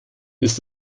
ist